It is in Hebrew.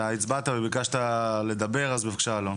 אתה הצבעת וביקשת לדבר, אז בבקשה.